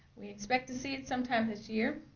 we expect to see it sometime this year,